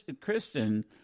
Kristen